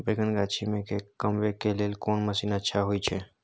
बैंगन गाछी में के कमबै के लेल कोन मसीन अच्छा होय छै?